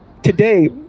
Today